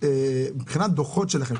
מבחינת דוחות שלכם,